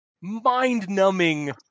mind-numbing